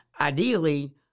ideally